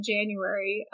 January